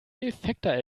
defekter